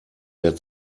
der